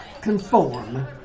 conform